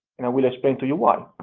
and i will explain to you why.